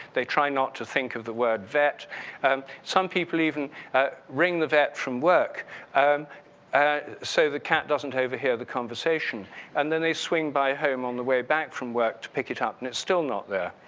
they try not to think of the word vet and some people even ring the vet from work and ah so the cat doesn't overhear the conversation and then they swing by home on the way back from work to pick it up and it's still not there.